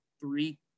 three